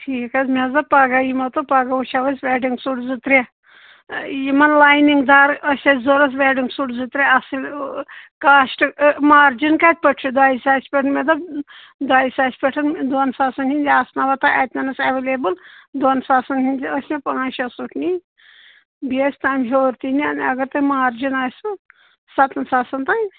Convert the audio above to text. ٹھیٖک حظ مےٚ حظ دوٚپ پگاہ یِمو تہِ پگاہ وٕچھو أسۍ وٮ۪ڈِنٛگ سوٗٹ زٕ ترٛےٚ یِمَن لاینِنٛگ دار ٲسۍ اَسہِ ضوٚرَتھ وٮ۪ڈِنگ سوٗٹ زٕ ترٛےٚ اَصٕل کاشٹ إ مارٕجِن کَتہِ پٮ۪ٹھ چھِ دۄیہِ ساسہِ پٮ۪ٹھ مےٚ دوٚپ دۄیہِ ساسہِ پٮ۪ٹھ دوٚن ساسَن آسنوا تۄہہِ اَتِنَس اٮ۪ویلیبٕل دوٚن ساسَن ہِنٛد ٲسۍ مےٚ پانٛژھ شےٚ سوٗٹ نِنۍ بیٚیہِ ٲسۍ تَمہِ ہیوٚر تہِ نِنۍ اگر تۄہہِ مارجِن آسِوٕ سَتَن ساسَن تام